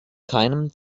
keinem